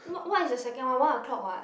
what what is the second one onw o' clock [what]